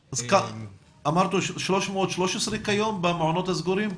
אמרת 313 כיום במעונות הסגורים.